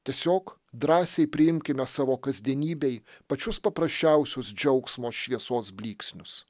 tiesiog drąsiai priimkime savo kasdienybėj pačius paprasčiausius džiaugsmo šviesos blyksnius